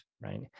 right